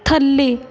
ਥੱਲੇ